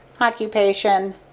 Occupation